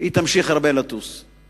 היא תמשיך לטוס הרבה.